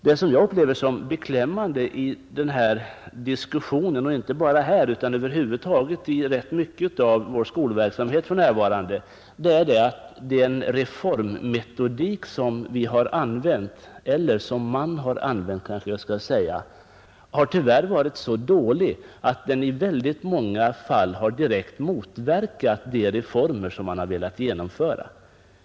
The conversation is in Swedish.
Det som jag upplever som beklämmande i den här diskussionen, och inte bara här utan över huvud taget i rätt mycket av vår skolverksamhet för närvarande, är att den reformmetodik som man har använt, tyvärr varit så dålig att den i väldigt många fall har direkt motverkat de reformer som man har velat genomföra.